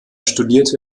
studierte